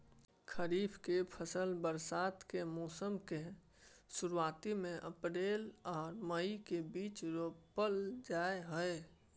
खरीफ के फसल बरसात के मौसम के शुरुआती में अप्रैल आर मई के बीच रोपल जाय हय